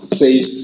says